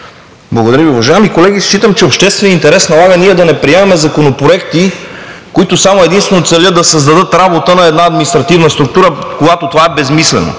Благодаря Ви. Уважаеми колеги! Считам, че общественият интерес налага ние да не приемаме законопроекти, които единствено целят да създадат работа на една административна структура, когато това е безсмислено.